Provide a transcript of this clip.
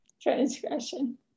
transgression